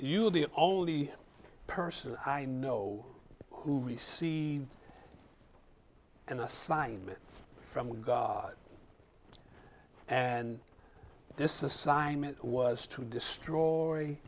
are the only person i know who we see an assignment from god and this assignment was to destroy